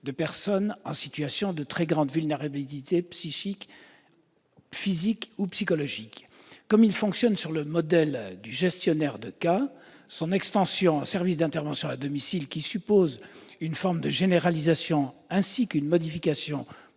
de personnes en situation de très grande vulnérabilité physique ou psychologique. Comme il fonctionne sur le modèle du gestionnaire de cas, son extension en service d'intervention à domicile, qui suppose une forme de généralisation, ainsi qu'une modification